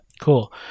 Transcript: Cool